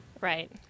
right